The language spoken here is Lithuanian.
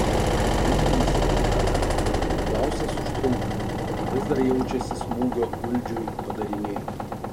grįždamas į palatą klausas užtrunka vis dar jaučiasi smūgio uldžiui padariniai